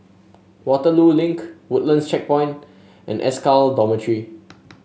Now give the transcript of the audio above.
Waterloo Link Woodlands Checkpoint and SCAL Dormitory